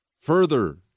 Further